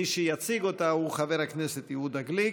מי שיציג אותה הוא חבר הכנסת יהודה גליק.